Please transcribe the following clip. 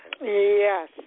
Yes